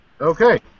Okay